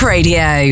Radio